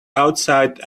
outside